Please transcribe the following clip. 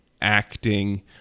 acting